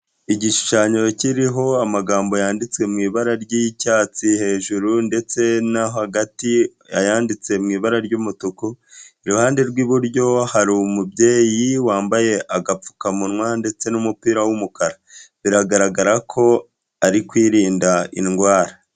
Igishushanyo kiriho amagambo yanditswe mu ibara ry'icyatsi hejuru ndetse no hagati ayanditse mu ibara ry'umutuku, iruhande rw'iburyo hari umubyeyi wambaye agapfukamunwa ndetse n'umupira w'umukara, biragaragara ko ari kwirinda indwara.